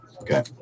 Okay